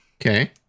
Okay